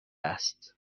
است